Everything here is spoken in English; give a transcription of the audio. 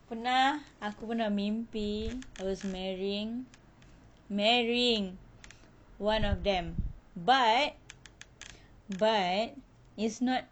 pernah aku pernah mimpi I was marrying marrying one of them but but it's not